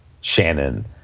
Shannon